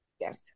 Yes